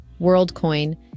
WorldCoin